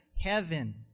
heaven